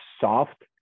soft